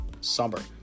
summer